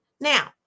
Now